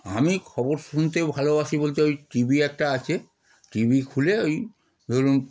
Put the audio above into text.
আমি খবর শুনতে ভালোবাসি বলতে ওই টি ভি একটা আছে টি ভি খুলে ওই ধরুন